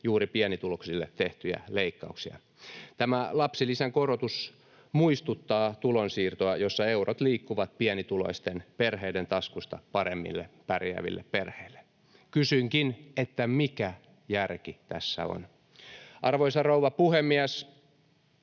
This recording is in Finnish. juuri pienituloisille tehtyjä leikkauksia. Tämä lapsilisän korotus muistuttaa tulonsiirtoa, jossa eurot liikkuvat pienituloisten perheiden taskusta paremmin pärjääville perheille. Kysynkin: mikä järki tässä on? Arvoisa rouva puhemies!